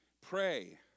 pray